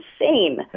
insane